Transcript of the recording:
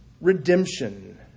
redemption